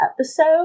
episode